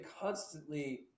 constantly